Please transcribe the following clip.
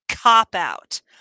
cop-out